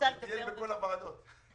טייל בכל הוועדות.